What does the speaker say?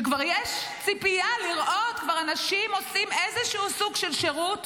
שכבר יש ציפייה לראות אנשים עושים איזשהו סוג של שירות,